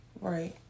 right